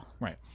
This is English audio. Right